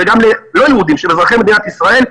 וגם ללא יהודים שהם אזרחי מדינת ישראל,